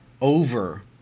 over